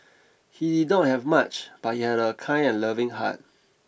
he did not have much but he had a kind and loving heart